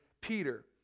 Peter